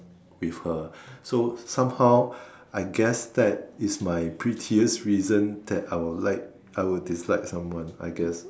with her so somehow I guess that is my pettiest reason that I would like I would dislike someone I guess